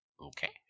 Okay